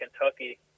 Kentucky